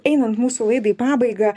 einant mūsų laidai į pabaigą